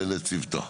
ולצוותו.